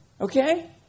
Okay